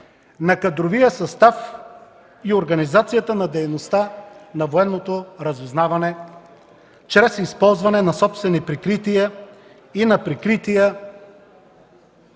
на кадровия състав и организацията на дейността на Военното разузнаване чрез използване на собствени прикрития и на прикрития